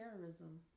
terrorism